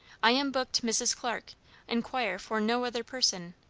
i am booked mrs. clarke inquire for no other person.